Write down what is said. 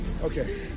Okay